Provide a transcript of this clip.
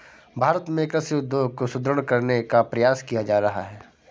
भारत में कृषि उद्योग को सुदृढ़ करने का प्रयास किया जा रहा है